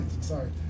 Sorry